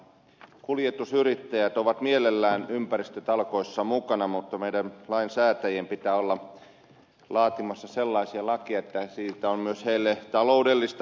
kuljetusyrittäjät ovat mielellään ympäristötalkoissa mukana mutta meidän lainsäätäjien pitää olla laatimassa sellaisia lakeja että siitä on myös heille taloudellista hyötyä